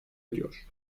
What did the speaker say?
ediyor